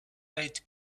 aid